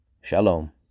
Shalom